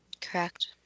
Correct